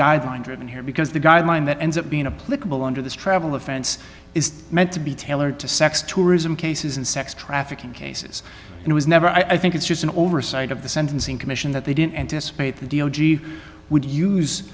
guideline driven here because the guideline that ends up being a political under this travel offense is meant to be tailored to sex tourism cases and sex trafficking cases it was never i think it's just an oversight of the sentencing commission that they didn't anticipate that the o g would use